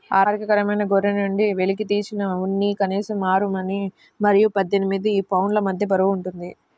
ఆరోగ్యకరమైన గొర్రె నుండి వెలికితీసిన ఉన్ని కనీసం ఆరు మరియు పద్దెనిమిది పౌండ్ల మధ్య బరువు ఉంటుంది